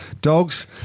Dogs